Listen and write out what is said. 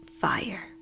fire